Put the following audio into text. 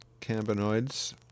cannabinoids